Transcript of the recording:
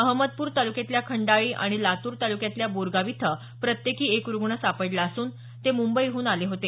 अहमद्प्र तालुक्यातल्या खंडाळी आणि लातूर तालुक्यातल्या बोरगाव इथं प्रत्येकी एक रुग्ण सापडले असून ते मुंबईहून आले होते